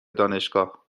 دانشگاه